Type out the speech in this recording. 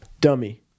Dummy